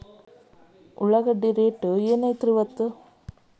ಉಳ್ಳಾಗಡ್ಡಿ ಏನ್ ರೇಟ್ ಐತ್ರೇ ಇಪ್ಪತ್ತು?